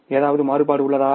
ஏதாவது மாறுபாடு உள்ளதா